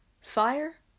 fire